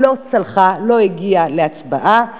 לא צלחה, לא הגיעה להצבעה.